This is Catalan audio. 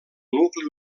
nucli